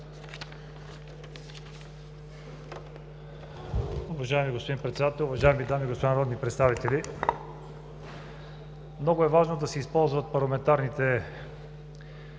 Уважаеми господин Председател, уважаеми дами и господа народни представители! Много е важно да се използват парламентарните